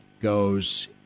goes